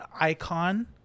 icon